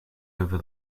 over